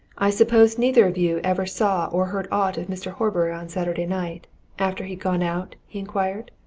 i suppose neither of you ever saw or heard aught of mr. horbury on saturday night after he'd gone out? he inquired.